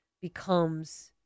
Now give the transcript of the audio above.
becomes